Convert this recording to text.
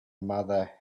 mother